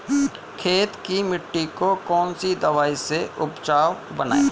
खेत की मिटी को कौन सी दवाई से उपजाऊ बनायें?